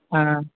ஆ ஆ